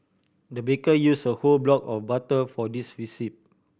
the baker use a whole block of butter for this recipe